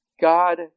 God